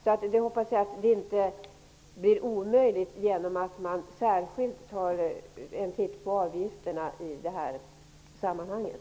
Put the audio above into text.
Jag hoppas att det inte är omöjligt att särskilt se över avgifterna i sammanhanget.